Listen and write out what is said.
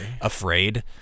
afraid